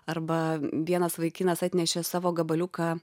arba vienas vaikinas atnešė savo gabaliuką